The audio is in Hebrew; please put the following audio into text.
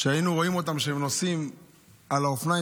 שהיינו רואים אותם כשהם נוסעים על האופניים